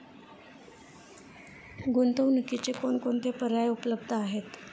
गुंतवणुकीचे कोणकोणते पर्याय उपलब्ध आहेत?